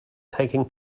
taking